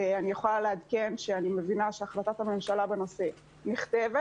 אני מבינה שהחלטת הממשלה בנושא נכתבת.